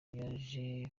yaje